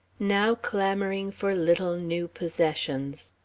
now clamouring for little new possessions.